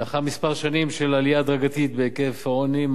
לאחר שנים מספר של עלייה הדרגתית בהיקף העוני,